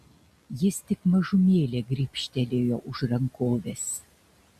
jis tik mažumėlę gribštelėjo už rankovės